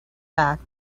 back